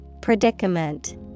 Predicament